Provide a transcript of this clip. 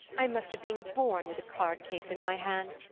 i must have been born with a card-case in my hand.